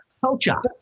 Culture